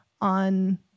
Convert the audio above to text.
on